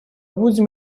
будем